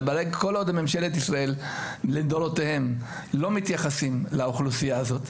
כל עוד ממשלת ישראל לדורותיהם לא מתייחסים לאוכלוסייה הזאת,